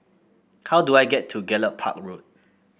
how do I get to Gallop Park Road